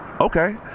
okay